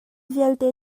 vialte